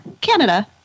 Canada